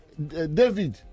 David